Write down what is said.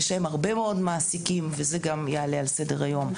יש להם הרבה מאוד מעסיקים וזה גם יעלה על סדר היום.